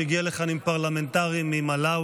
שהגיעה לכאן עם פרלמנטרים ממלאווי.